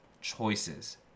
choices